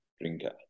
drinker